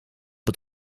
het